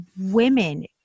women